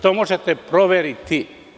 To možete proveriti.